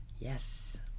Yes